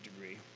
degree